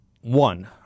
One